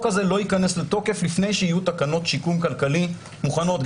הזה לא ייכנס לתוקף לפני שיהיו תקנות שיקום כלכלי מוכנות.